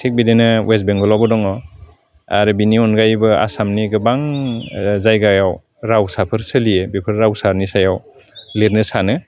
थिग बिदिनो वेस बेंगलावबो दङ आरो बिनि अनगायैबो आसामनि गोबां जायगायाव रावसाफोर सोलियो बेफोर रावसानि सायाव लिरनो सानो